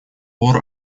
пор